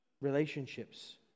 relationships